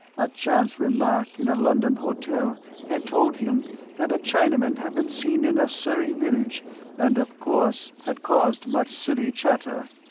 a chance remark in a london hotel had told him that a chinaman had been seen in a surrey village and of course had caused much silly chatter.